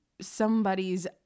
somebody's